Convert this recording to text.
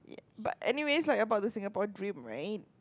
but anyways like about the Singaporean dream right